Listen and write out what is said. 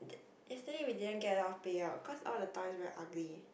t~ yesterday we didn't get a lot of payout cause all the toys very ugly